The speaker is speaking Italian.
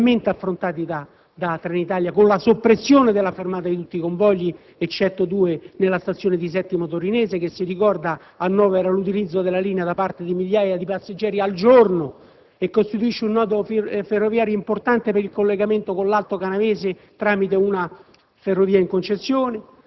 che sono stati parzialmente affrontati da Trenitalia con la soppressione della fermata di tutti i convogli, eccetto due, nella stazione di Settimo Torinese che - si ricorda - annovera l'utilizzo della linea da parte di migliaia di passeggeri al giorno e costituisce un nodo ferroviario importante per il collegamento con l'Alto Canavese tramite una